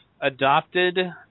adopted